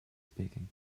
speaking